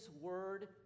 word